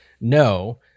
no